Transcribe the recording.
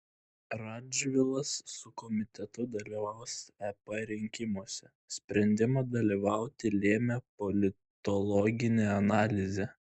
radžvilas su komitetu dalyvaus ep rinkimuose sprendimą dalyvauti lėmė politologinė analizė